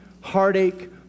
heartache